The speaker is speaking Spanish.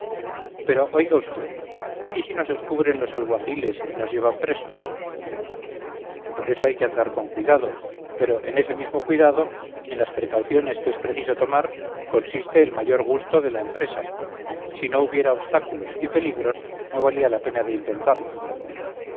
pero oiga vd y si nos descubren los alguaciles y nos llevan presos por eso hay que andar con cuidado pero en ese mismo cuidado en las precauciones que es preciso tomar consiste el mayor gusto de la empresa si no hubiera obstáculos y peligros no valía la pena de intentarla